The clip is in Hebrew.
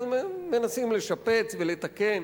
אז מנסים לשפץ ולתקן,